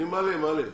מאמינים